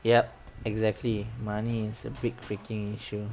yup exactly money's a big freaking issue